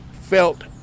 felt